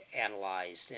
analyzed